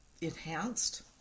enhanced